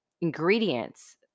ingredients